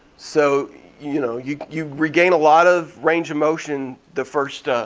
so you know you you regain a lot of range of motion the first